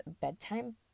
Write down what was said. bedtime